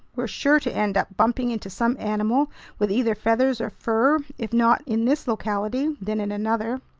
we're sure to end up bumping into some animal with either feathers or fur, if not in this locality, then in another.